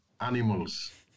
animals